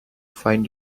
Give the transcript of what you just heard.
find